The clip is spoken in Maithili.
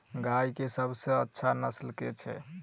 गाय केँ सबसँ अच्छा नस्ल केँ छैय?